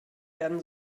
werden